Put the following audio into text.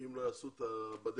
אם לא יעשו זאת.